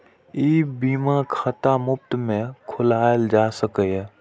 ई बीमा खाता मुफ्त मे खोलाएल जा सकैए